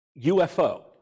UFO